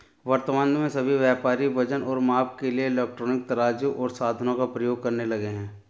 वर्तमान में सभी व्यापारी वजन और माप के लिए इलेक्ट्रॉनिक तराजू ओर साधनों का प्रयोग करने लगे हैं